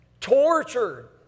Tortured